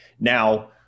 Now